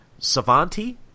Savanti